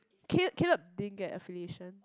didn't get affiliation